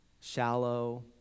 shallow